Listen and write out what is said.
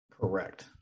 Correct